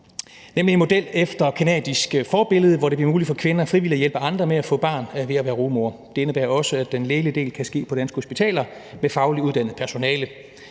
model, hvor det efter canadisk forbillede bliver muligt for kvinder frivilligt at hjælpe andre med at få et barn ved at være rugemor. Det indebærer også, at den lægelige del kan ske på danske hospitaler med fagligt uddannet personale.